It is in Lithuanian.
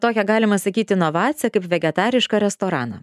tokią galima sakyt inovaciją kaip vegetarišką restoraną